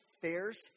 fairs